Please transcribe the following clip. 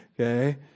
Okay